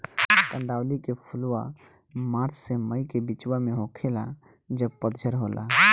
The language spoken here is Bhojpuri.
कंदावली के फुलवा मार्च से मई के बिचवा में होखेला जब पतझर होला